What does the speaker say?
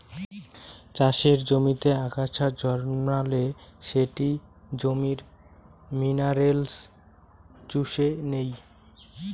চাষের জমিতে আগাছা জন্মালে সেটি জমির মিনারেলস চুষে নেই